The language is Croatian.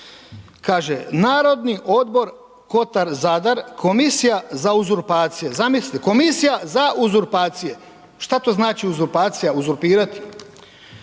Kaže, narodni odbor Kotar-Zadar, komisija za uzurpacije, zamislite, komisija za uzurpacije. Šta to znači uzurpacija, uzurpirati?